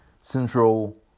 Central